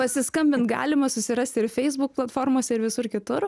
pasiskambint galima susirasti ir facebook platformose ir visur kitur